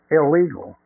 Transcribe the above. illegal